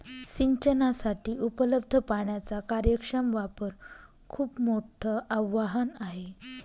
सिंचनासाठी उपलब्ध पाण्याचा कार्यक्षम वापर खूप मोठं आवाहन आहे